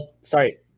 Sorry